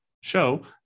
Show